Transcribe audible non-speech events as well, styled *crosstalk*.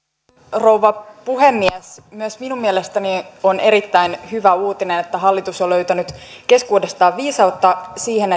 rouva puhemies myös minun mielestäni on erittäin hyvä uutinen että hallitus on löytänyt keskuudestaan viisautta siihen *unintelligible*